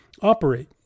operate